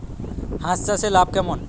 হাঁস চাষে লাভ কেমন?